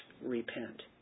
repent